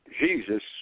Jesus